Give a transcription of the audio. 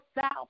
south